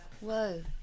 Whoa